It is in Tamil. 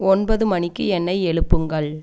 ஒன்பது மணிக்கு என்னை எழுப்புங்கள்